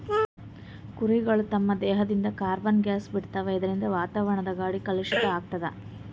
ಕುರಿಗಳ್ ತಮ್ಮ್ ದೇಹದಿಂದ್ ಕಾರ್ಬನ್ ಗ್ಯಾಸ್ ಬಿಡ್ತಾವ್ ಇದರಿಂದ ವಾತಾವರಣದ್ ಗಾಳಿ ಕಲುಷಿತ್ ಆಗ್ತದ್